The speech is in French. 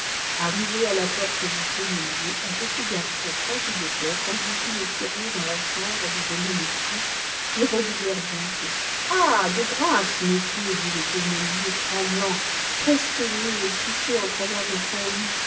arrivés à la porte du tonneliei un petit garçon transi de peur conduisit les curieux dans la chambre d'où venaient les cris qui redoublèrent bientôt a âh de grâce messieurs dit le tonnelier tremblant presque nu et cqvché en travers sur son lit